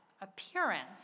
appearance